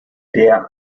der